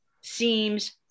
seems